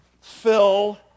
fill